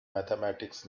mathematics